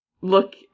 look